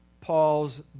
Paul's